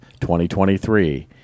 2023